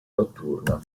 notturna